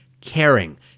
caring